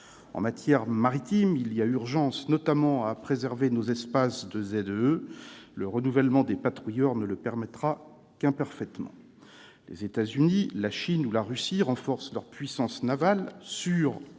En matière maritime, il y a urgence à préserver nos espaces de ZEE. Le renouvellement des patrouilleurs ne le permettra qu'imparfaitement. Les États-Unis, la Chine et la Russie renforcent leur puissance navale, sur